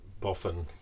boffin